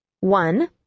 One